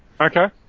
Okay